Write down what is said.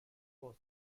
for